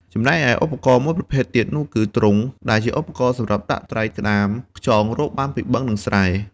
ចំណែកឯឧបករណ៍មួយប្រភេទទៀតនោះគឺ ទ្រុង ដែលជាឧបករណ៍សម្រាប់ដាក់តី្រ ក្ដាម ខ្យងរកបានពីបឹង និងស្រែ។